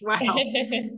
wow